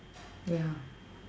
ya